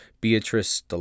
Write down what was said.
Beatrice